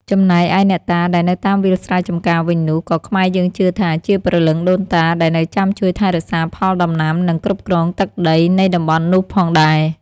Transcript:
ចំណែកឯអ្នកតាដែលនៅតាមវាលស្រែចំការវិញនោះ ក៏ខ្មែរយើងជឿថា ជាព្រលឹងដូនតា ដែលនៅចាំជួយថែរក្សាផលដំណាំ និង គ្រប់គ្រងទឹកដីនៃតំបន់នោះផងដែរ។